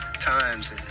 times